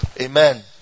Amen